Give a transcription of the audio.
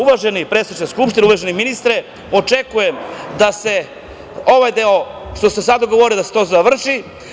Uvaženi predsedniče Skupštine, uvaženi ministre, očekujem da se ovaj deo, što sam sada govorio, završi.